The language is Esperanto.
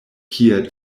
kie